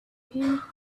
him